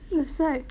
feels like